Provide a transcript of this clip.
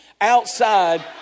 outside